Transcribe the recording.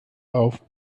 auf